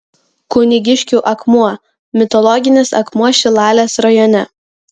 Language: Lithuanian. kunigiškių akmuo mitologinis akmuo šilalės rajone